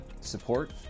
support